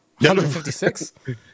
156